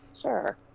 Sure